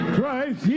Christ